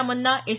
Ramana S